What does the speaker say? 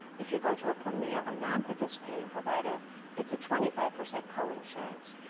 if you go to a premier or nonparticipating provider it's a twenty five percent coinsurance.